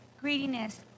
greediness